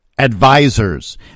Advisors